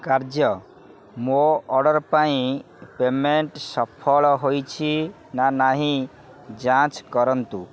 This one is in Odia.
କାର୍ଯ୍ୟ ମୋ ଅର୍ଡ଼ର୍ ପାଇଁ ପେମେଣ୍ଟ୍ ସଫଳ ହୋଇଛି ନା ନାହିଁ ଯାଞ୍ଚ୍ କରନ୍ତୁ